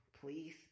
please